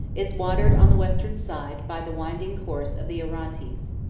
is watered, on the western side, by the winding course of the orontes.